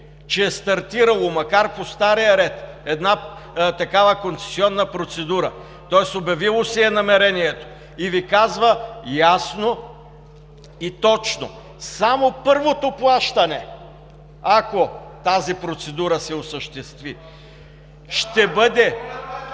че е стартирало, макар и по стария ред, една такава концесионна процедура. Тоест обявило си е намерението и Ви казва ясно и точно – само първото плащане, ако тази процедура се осъществи, ще бъде…